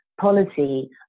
policy